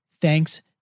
Thanks